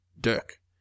Dirk